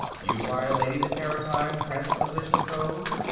you've violated the paratime transposition code,